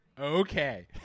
Okay